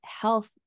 health